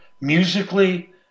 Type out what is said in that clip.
musically